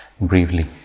briefly